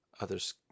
others